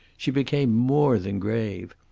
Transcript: she became more than grave.